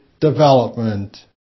development